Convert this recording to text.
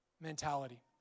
mentality